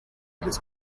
les